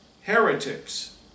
heretics